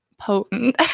potent